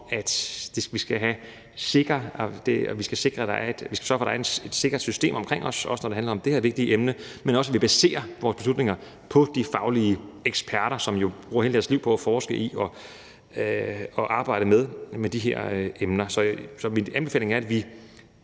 at vi skal sørge for, at der er et sikkert system omkring os, også når det handler om det her vigtige emne, men også, at vi baserer vores beslutninger på de faglige eksperters vurderinger; eksperter, som jo bruger hele deres liv på at forske i og arbejde med de her emner. Så min anbefaling er, at vi